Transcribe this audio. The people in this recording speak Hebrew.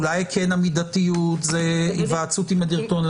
אולי כן המידתיות זה היוועצות עם הדירקטוריון,